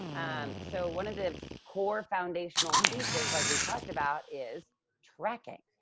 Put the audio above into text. um so one of the core foundational pieces like we talked about is tracking.